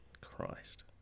Christ